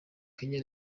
kenya